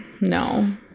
No